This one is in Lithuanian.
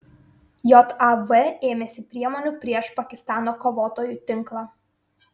jav ėmėsi priemonių prieš pakistano kovotojų tinklą